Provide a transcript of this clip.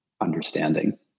understanding